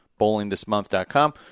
BowlingThisMonth.com